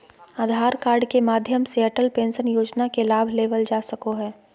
आधार card के माध्यम से अटल पेंशन योजना के लाभ लेवल जा सको हय